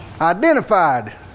identified